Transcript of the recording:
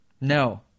No